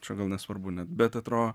čia gal nesvarbu net bet atrodo